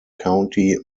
county